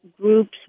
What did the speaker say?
groups